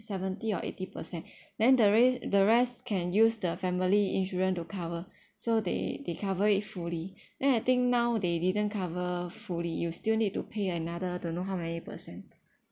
seventy or eighty percent then the res~ the rest can use the family insurance to cover so they they cover it fully then I think now they didn't cover fully you still need to pay another don't know how many percent